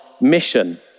mission